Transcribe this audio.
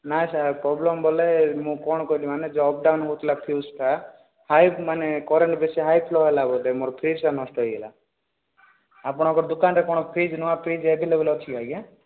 ନାହିଁ ସାର୍ ଆଉ ପ୍ରୋବଲେମ୍ ବୋଲେ ମୁଁ କ'ଣ କଲି ମାନେ ଯେଉଁ ଅପ୍ ଡାଉନ୍ ହେଉଥିଲା ଫ୍ୟୁଜଟା ହାଇ ମାନେ କରେଣ୍ଟଟା ବେଶି ହାଇ ଫ୍ଲୋ ହେଲା ବୋଧେ ମାନେ ମୋର ବଲଟା ନଷ୍ଟ ହେଇଗଲା ଆପଣଙ୍କର ଦୋକାନରେ କ'ଣ ଫ୍ରିଜ୍ ନୂଆ ଫ୍ରିଜ୍ ଆଭେଲେବଲ୍ ଅଛି ଆଜ୍ଞା